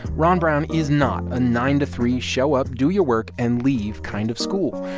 ron brown is not a nine to three, show up, do your work and leave kind of school.